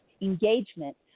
engagement